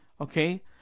okay